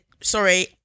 sorry